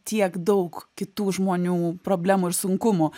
tiek daug kitų žmonių problemų ir sunkumų